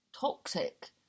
toxic